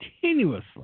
continuously